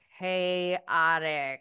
chaotic